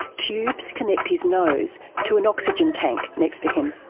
tubes connect his nose to an oxygen tank next to him.